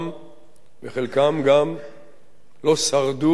וחלקם גם לא שרדו את המאמץ,